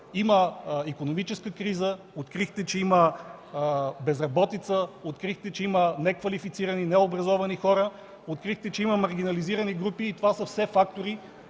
има икономическа криза, открихте, че има безработица, открихте, че има неквалифицирани, необразовани хора, открихте, че има маргинализирани групи и това са все фактори,